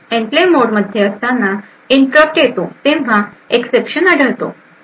enclave मोडमध्ये असताना interrupt येतो तेव्हा एक्सएप्शनआढळतो